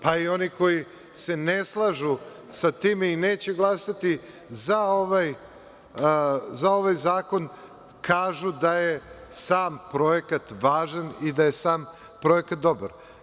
Pa i oni koji se ne slažu sa time i neće glasati za ovaj zakon, kažu da je sam projekat važan i da je sam projekat dobar.